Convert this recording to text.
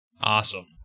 Awesome